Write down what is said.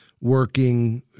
working